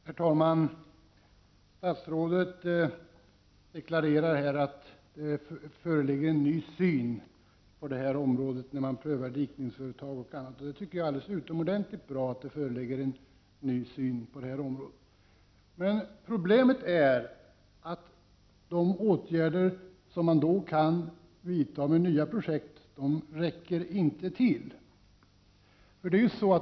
Herr talman! Statsrådet deklarerar att det föreligger en ny syn på det här området när man prövar bl.a. dikningsföretag. Det tycker jag är utmärkt bra. Men problemet är att de åtgärder som man kan vidta genom nya projekt inte räcker till.